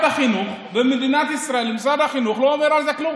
החינוך ומשרד החינוך לא אומר על זה כלום?